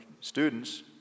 students